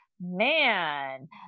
man